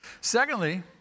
Secondly